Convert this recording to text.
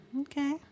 Okay